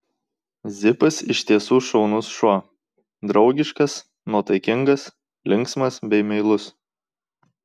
zipas iš tiesų šaunus šuo draugiškas nuotaikingas linksmas bei meilus